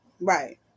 Right